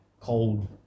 cold